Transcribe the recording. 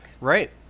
Right